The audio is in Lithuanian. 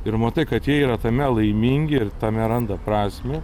ir matai kad jie yra tame laimingi ir tame randa prasmę